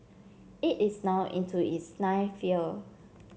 it is now into its ninth year